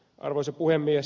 arvoisa puhemies